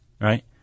right